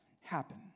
happen